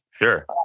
Sure